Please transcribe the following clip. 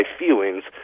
feelings